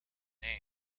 name